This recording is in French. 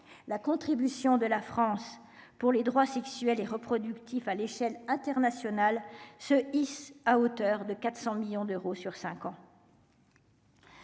la contribution de la France pour les droits sexuels et reproductifs à l'échelle internationale se hisse à hauteur de 400 millions d'euros sur 5 ans.